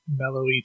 mellowy